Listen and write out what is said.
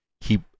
keep